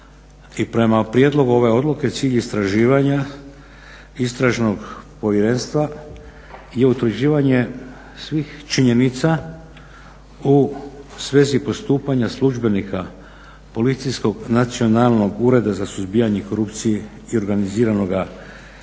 I prema prijedlogu ove odluke cilj istraživanja istražnog povjerenstva je utvrđivanje svih činjenica u svezi postupanja službenika Policijskog nacionalnog ureda za suzbijanje korupcije i organiziranoga